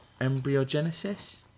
embryogenesis